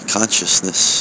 Consciousness